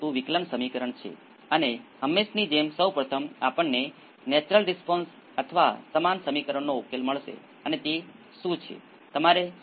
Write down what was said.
તેથી તમે આ કોઈપણ ચલ માટે કરી શકો છો જેને તમે i R અથવા V c અથવા કંઈપણ કહેવા માંગતા હોવ